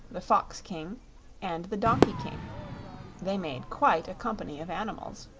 the fox king and the donkey king they made quite a company of animals.